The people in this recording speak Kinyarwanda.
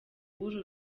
w’uru